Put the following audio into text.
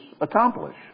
accomplish